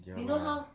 ya lah